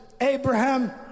Abraham